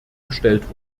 gestellt